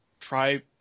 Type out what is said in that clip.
try